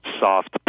soft